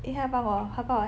因为他帮我他帮我